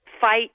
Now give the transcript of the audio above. fight